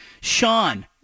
Sean